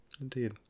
Indeed